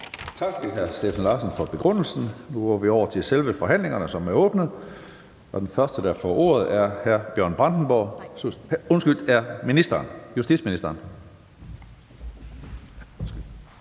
Tak til hr. Steffen Larsen for begrundelsen. Nu går vi over til selve forhandlingen, som er åbnet, og den første, der får ordet, er justitsministeren.